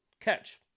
catch